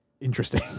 interesting